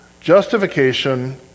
Justification